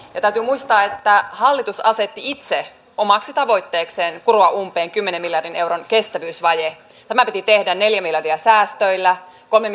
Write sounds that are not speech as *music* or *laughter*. täytyy muistaa että hallitus asetti itse omaksi tavoitteekseen kuroa umpeen kymmenen miljardin euron kestävyysvaje tämä piti tehdä neljä miljardia säästöillä kolme *unintelligible*